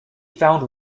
found